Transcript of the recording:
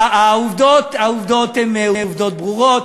העובדות הן עובדות ברורות: